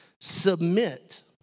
Submit